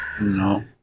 No